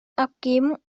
abgeben